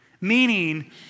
Meaning